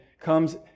comes